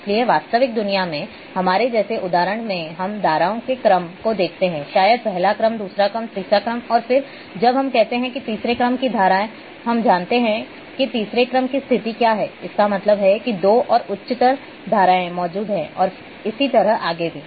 इसलिए वास्तविक दुनिया में हमारे जैसे उदाहरणों में हम धाराओं के क्रम को देखते हैं शायद पहला क्रम दूसरा क्रम तीसरा क्रम और फिरजब हम कहते हैं कि तीसरे क्रम की धाराएँ हम जानते हैं कि तीसरे क्रम की स्थिति क्या है इसका मतलब है कि दो और उच्चतर धाराएँ मौजूद हैं और इसी तरह आगे भी